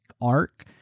arc